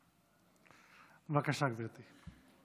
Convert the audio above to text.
בבקשה, גברתי.